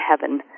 heaven